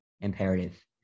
imperative